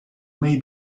may